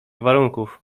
warunków